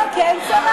לא, כי אין שרה.